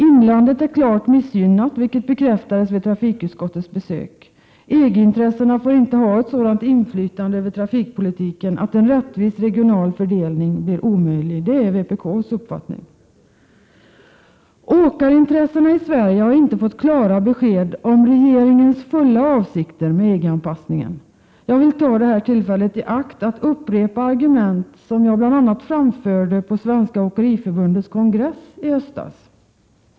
Inlandet är klart missgynnat, vilket bekräftades vid trafikutskottets besök. EG-intressena får inte ha ett sådant inflytande över trafikpolitiken, att en rättvis regional fördelning blir omöjlig — det är vpk:s uppfattning. Åkarna i Sverige har inte fått klara besked om regeringens avsikter med EG-anpassningen. Jag vill ta tillfället i akt att upprepa argument som jag bl.a. framförde på Svenska åkeriförbundets kongress i höstas.